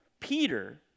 Peter